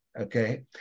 Okay